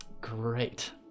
Great